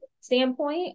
standpoint